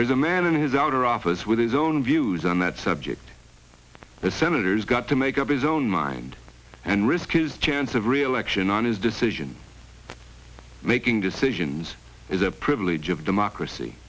there is a man in his outer office with his own views on that subject the senator's got to make up his own mind and risk his chance of reelection on his decision making decisions is a privilege of democracy